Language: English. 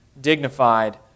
dignified